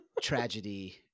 tragedy